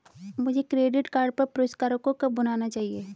मुझे credit card पर पुरस्कारों को कब भुनाना चाहिए?